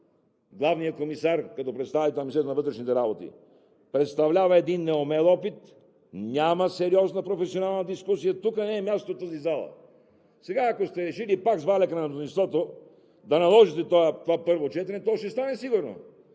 главният комисар като представител на Министерството на вътрешните работи, че представлява един неумел опит, няма сериозна професионална дискусия... Тук не е мястото в тази зала. Сега, ако сте решили пак с валяка на мнозинството да го наложите на това първо четене, то ще стане сигурно.